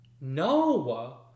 No